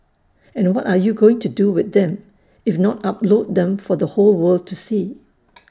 and what are you going to do with them if not upload them for the whole world to see